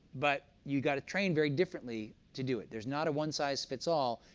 but you've got to train very differently to do it. there's not a one size fits all,